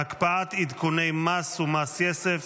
(הקפאת עדכוני מס ומס יסף),